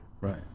right